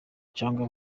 cyangwa